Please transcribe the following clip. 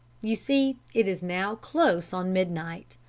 you see it is now close on midnight.